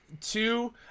Two